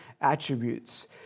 attributes